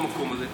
במקום הזה.